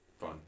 Fun